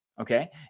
okay